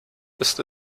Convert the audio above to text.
ist